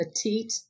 Petite